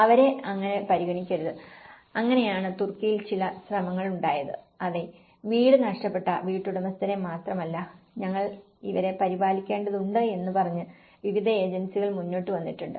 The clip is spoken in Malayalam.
അവരെ അങ്ങനെ പരിഗണിക്കരുത് അങ്ങനെയാണ് തുർക്കിയിൽ ചില ശ്രമങ്ങൾ ഉണ്ടായത് അതെ വീട് നഷ്ടപ്പെട്ട വീട്ടുടമസ്ഥരെ മാത്രമല്ല ഞങ്ങൾ ഇവരെ പരിപാലിക്കേണ്ടതുണ്ട് എന്ന് പറഞ്ഞു വിവിധ ഏജൻസികൾ മുന്നോട്ട് വന്നിട്ടുണ്ട്